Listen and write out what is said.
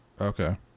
Okay